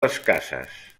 escasses